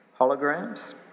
Holograms